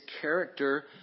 character